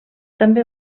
també